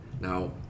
now